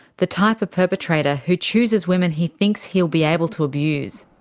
the type of perpetrator who chooses women he thinks he'll be able to abuse.